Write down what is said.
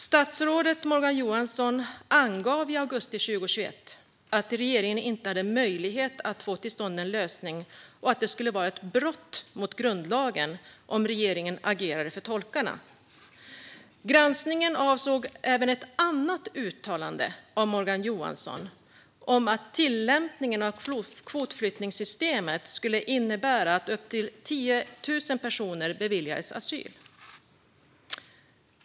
Statsrådet Morgan Johansson angav i augusti 2021 att regeringen inte hade möjlighet att få till stånd en lösning och att det skulle vara ett brott mot grundlagen om regeringen agerade för tolkarna. Granskningen avsåg även ett annat uttalande av Morgan Johansson om att tillämpningen av kvotflyktingsystemet skulle innebära att upp till 10 000 personer beviljades asyl.